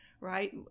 right